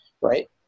right